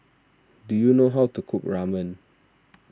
do you know how to cook Ramen